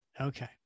Okay